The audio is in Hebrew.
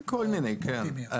כל מיני, כן.